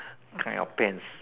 kind of pants